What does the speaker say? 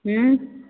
हुँ